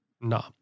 No